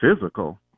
physical